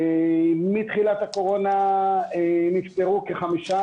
מתחילת הקורונה נפטרו כחמישה.